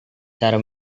cara